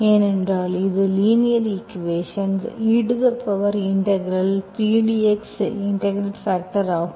ஏனென்றால் இது linear equation eP dxஇன்டெகிரெட்பாக்டர் ஆகும்